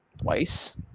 twice